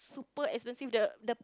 super expensive the the